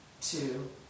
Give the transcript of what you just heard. two